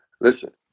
listen